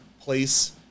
place